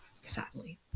sadly